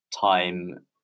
time